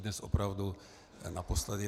Dnes opravdu naposledy.